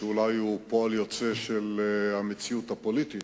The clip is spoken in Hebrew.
שאולי הוא פועל יוצא של המציאות הפוליטית,